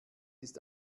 ist